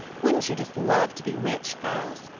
wouldn't you just love to be rich, girls?